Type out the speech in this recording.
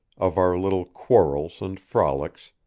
of our little quarrels and frolics,